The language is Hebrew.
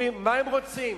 שאומרים: מה הם רוצים?